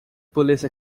police